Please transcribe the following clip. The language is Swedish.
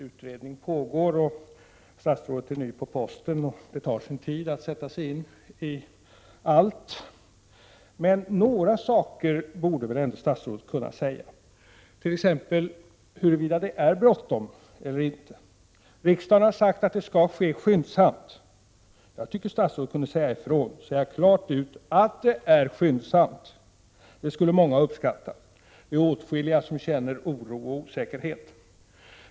Utredning pågår, statsrådet är ny på posten och det tar sin tid att sätta sig in i alla frågor. Men några saker borde väl ändå statsrådet kunna säga, t.ex. huruvida det är bråttom eller inte bråttom att få detta arbete utfört? Riksdagen har sagt att detta skall ske skyndsamt. Jag tycker att statsrådet kunde säga klart ut att det skall ske skyndsamt. Ett sådant uttalande skulle många uppskatta. Det är åtskilliga som känner oro och osäkerhet.